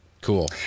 cool